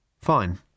Fine